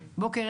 בוקר,